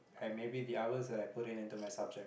and maybe the hours that I put it into my subject